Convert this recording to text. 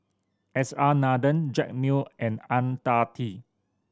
S R Nathan Jack Neo and Ang Tee